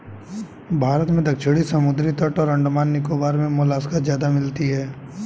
भारत में दक्षिणी समुद्री तट और अंडमान निकोबार मे मोलस्का ज्यादा मिलती है